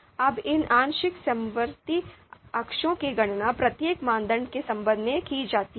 अब इन आंशिक समवर्ती अंशों की गणना प्रत्येक मानदंड के संबंध में की जाती है